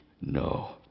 no